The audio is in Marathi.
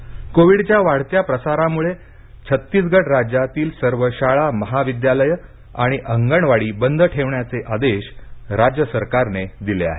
छत्तीसगड शाळा कोविडच्या वाढत्या प्रसारामुळे छत्तीसगड राज्यातील सर्व शाळा महाविद्यालये आणि अंगणवाडी बंद ठेवण्याचे आदेश राज्य सरकारने दिले आहेत